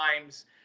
times